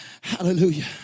hallelujah